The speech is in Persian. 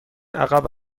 عقب